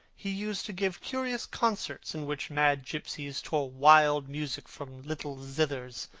he used to give curious concerts in which mad gipsies tore wild music from little zithers,